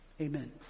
Amen